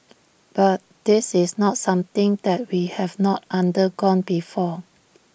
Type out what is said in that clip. but this is not something that we have not undergone before